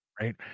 right